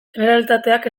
generalitateak